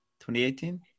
2018